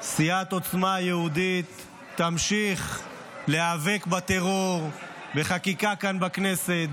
סיעת עוצמה יהודית תמשיך להיאבק בטרור בחקיקה כאן בכנסת,